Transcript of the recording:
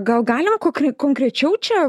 gal galim ko konkrečiau čia